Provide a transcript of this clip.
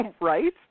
Right